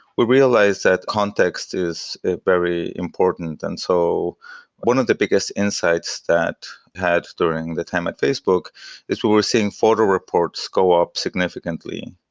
we realized that context is very important. and so one of the biggest insights that i had during the time at facebook is we're we're seeing photo reports go up significantly,